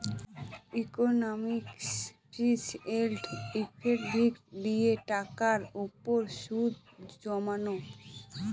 ইকনমিকসে fixed and effective দিয়ে টাকার উপর সুদ জমানো